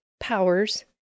Powers